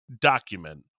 document